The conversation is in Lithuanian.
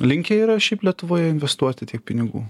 linkę yra šiaip lietuvoje investuoti tiek pinigų